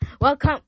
welcome